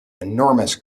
enormous